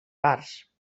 parts